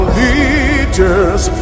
leaders